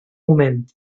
moment